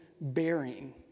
bearing